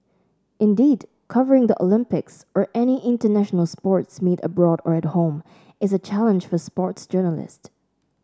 indeed covering the Olympics or any international sports meet abroad or at home is a challenge for sports journalists